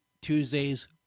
Tuesdays